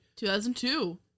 2002